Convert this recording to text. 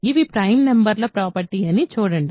ఇది ప్రైమ్ నెంబర్ల ప్రాపర్టీ అని చూడండి